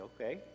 okay